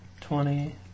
twenty